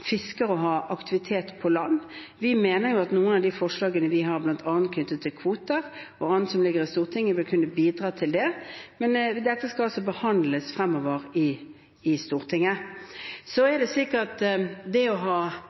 fisker, og har aktivitet på land. Vi mener at noen av de forslagene vi har, bl.a. knyttet til kvoter, og annet som ligger i Stortinget, bør kunne bidra til det. Men dette skal altså behandles fremover i Stortinget. Det å ha